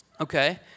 Okay